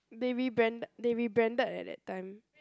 they rebrand~ they rebranded eh that time